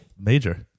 Major